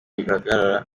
bigaragarira